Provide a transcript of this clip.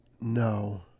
No